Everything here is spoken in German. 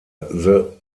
the